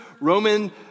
Roman